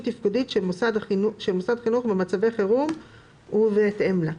תפקודית של מוסד חינוך במצבי חירום ובהתאם לה,